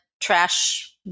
trash